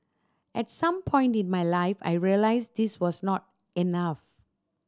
at some point in my life I realised this was not enough